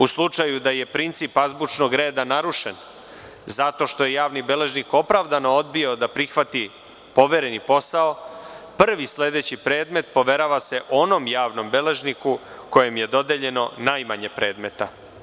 U slučaju da je princip azbučnog reda narušen zato što je javni beležnik opravdano odbio da prihvati povereni posao, prvi sledeći predmet poveravase onom javnom beležniku kojem je dodeljeno najmanje predmeta.